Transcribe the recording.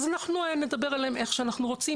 אז אנחנו נדבר אליהם איך שאנחנו רוצים.